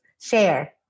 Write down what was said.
Share